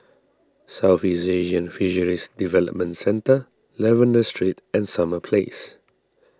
Southeast Asian Fisheries Development Centre Lavender Street and Summer Place